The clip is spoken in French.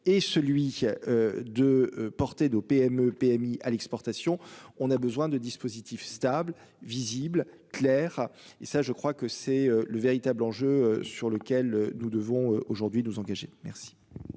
et celui. De porter de PME PMI à l'exportation. On a besoin de dispositifs stable visible Claire et ça je crois que c'est le véritable enjeu sur lequel nous devons aujourd'hui nous engager. Merci.